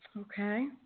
Okay